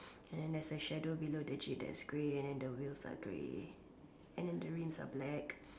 and then there's a shadow below jeep that's grey and then the wheels are grey and then the rinse are black